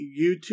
youtube